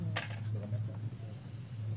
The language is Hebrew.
פרטנית הוא